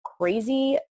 crazy